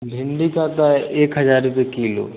भिन्डी का तो एक हज़ार रुपये किलो